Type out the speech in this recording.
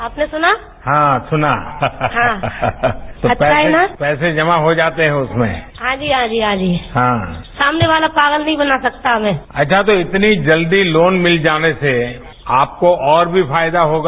आपने सुना हां सुना हां अच्छा है न तो पैसे जमा हो जाते हैं उसमें हांजी हांजी हांजी हां सामने वाला पागल नहीं बना सकता है हमें अच्छा तो इतनी जल्दी लोन मिल जाने से आपको और भी फायदा होगा